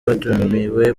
batumiwe